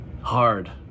hard